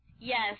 Yes